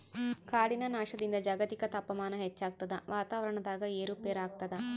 ಕಾಡಿನ ನಾಶದಿಂದ ಜಾಗತಿಕ ತಾಪಮಾನ ಹೆಚ್ಚಾಗ್ತದ ವಾತಾವರಣದಾಗ ಏರು ಪೇರಾಗ್ತದ